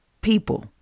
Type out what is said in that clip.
people